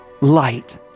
Light